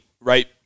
right